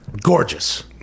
Gorgeous